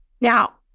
now